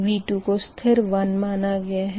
V2 को स्थिर 1 माना गया है